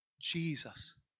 Jesus